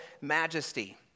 majesty